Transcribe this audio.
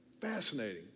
Fascinating